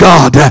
God